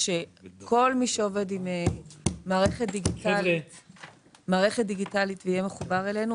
כל מי שעובד עם מערכת דיגיטלית ויהיה מחובר אלינו,